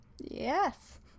Yes